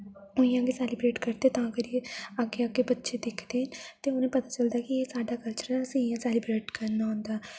इ'यां गे सेलीब्रेट करगे ता करियै गे अग्गे अग्गे बच्चें दिखदे न ते उनेंई पता चलदा कि एह् साढ़ा कल्चर सी इ'यां असेई करना होंदा